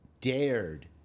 dared